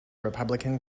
republican